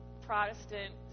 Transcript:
Protestant